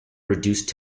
reduced